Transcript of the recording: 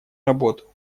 работу